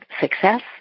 success